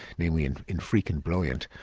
namely in in freakin brilliant.